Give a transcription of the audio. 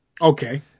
Okay